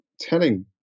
telling